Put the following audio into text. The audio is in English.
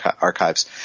archives